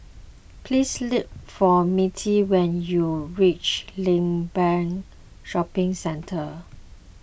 please look for Mittie when you reach Limbang Shopping Centre